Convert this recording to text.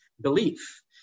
belief